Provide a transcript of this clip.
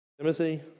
Timothy